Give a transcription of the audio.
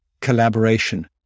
collaboration